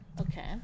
Okay